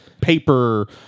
paper